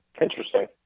Interesting